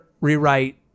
rewrite